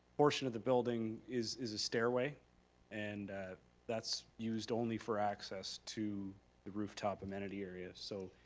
portion of the building is is a stairway and that's used only for access to the rooftop and that area so,